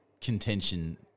contention